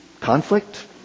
Conflict